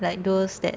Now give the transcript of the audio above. like those that